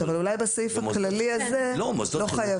אבל אולי בסעיף הכללי הזה לא חייבים.